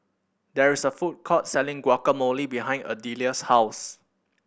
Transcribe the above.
there is a food court selling Guacamole behind Adelia's house